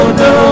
no